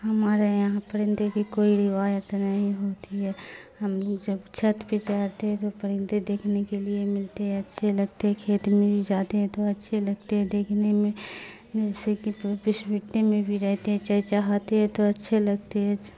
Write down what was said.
ہمارے یہاں پرندے کی کوئی روایت نہیں ہوتی ہے ہم جب چھت پہ جاتے ہیں تو پرندے دیکھنے کے لیے ملتے ہیں اچھے لگتے ہیں کھیت میں بھی جاتے ہیں تو اچھے لگتے ہیں دیکھنے میں جیسے کہ پس بٹے میں بھی رہتے چائےے چھاتے ہیں تو اچھے لگتے